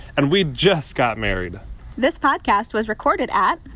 and we just got married this podcast was recorded at.